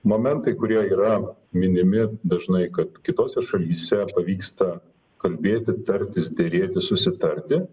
momentai kurie yra minimi dažnai kad kitose šalyse pavyksta kalbėti tartis derėtis susitarti